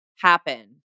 happen